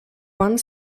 one